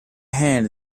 hand